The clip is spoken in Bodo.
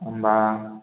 होम्बा